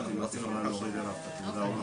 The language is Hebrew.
אני מקווה שאני לא היחיד פה.